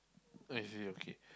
why is it okay